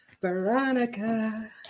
Veronica